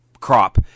crop